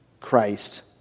Christ